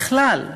בכלל.